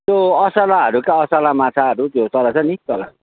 त्यो असलाहरू क्या असला माछाहरू तल छ नि तल